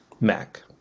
Mac